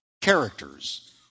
characters